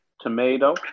tomato